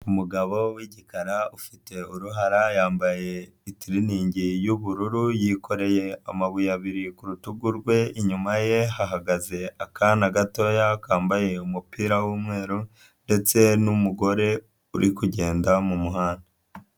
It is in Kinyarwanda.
Umugabo wigikara ufite uruhara yambaye itiriningi y'ubururu yikoreye amabuye abiri ku rutugu rwe, inyuma ye hagaze akana gatoya kambaye umupira w'umweru ndetse n'umugore uri kugenda mu muhanda.